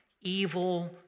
evil